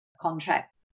contract